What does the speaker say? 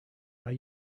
are